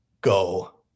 go